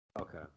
Okay